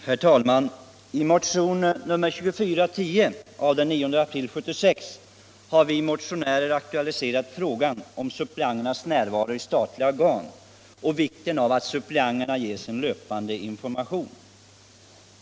Herr talman! I motionen 2410 av den 9 april 1976 har vi motionärer aktualiserat frågan om suppleanternas närvaro i statliga organ och betonat vikten av att suppleanterna ges en löpande information.